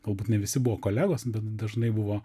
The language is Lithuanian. galbūt ne visi buvo kolegos bet dažnai buvo